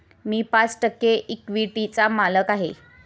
मी पाच टक्के इक्विटीचा मालक आहे